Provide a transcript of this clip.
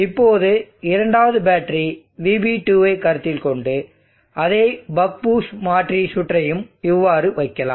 இப்போது இரண்டாவது battery VB2 ஐ கருத்தில் கொண்டு அதே பக் பூஸ்ட் மாற்றி சுற்றையும் இவ்வாறு வைக்கலாம்